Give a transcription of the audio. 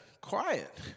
quiet